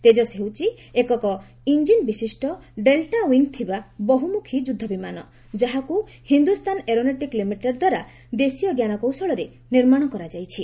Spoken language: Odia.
ତେଜସ୍ ହେଉଛି ଏକକ ଇଞ୍ଜିନ୍ ବିଶିଷ୍ଟ ଡେଲ୍ଟା ୱିଙ୍ଗ୍ ଥିବା ବହୁମ୍ଖୀ ଯୁଦ୍ଧବିମାନ ଯାହାକୁ ହିନ୍ଦୁସ୍ତାନ ଏରୋନଟିକ୍ସ ଲିମିଟେଡ ଦ୍ୱାରା ଦେଶୀୟ ଜ୍ଞାନକୌଶଳରେ ନିର୍ମାଣ କରାଯାଇଛି